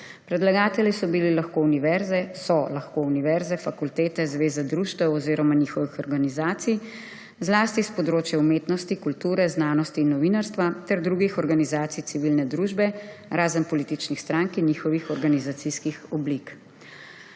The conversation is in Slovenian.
Predlagatelji so lahko univerze, fakultete, zveze društev oziroma njihovih organizacij, zlasti s področja umetnosti, kulture, znanosti in novinarstva, ter drugih organizacij civilne družbe, razen političnih strank in njihovih organizacijskih oblik.